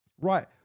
right